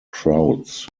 crowds